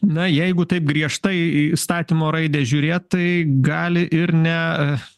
na jeigu taip griežtai įstatymo raidę žiūrėt tai gali ir ne a